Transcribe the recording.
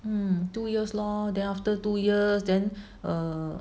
mm two years lor then after two years then err